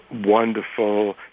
wonderful